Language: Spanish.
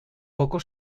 poco